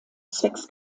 zwecks